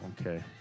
okay